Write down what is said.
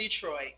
Detroit